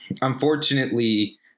Unfortunately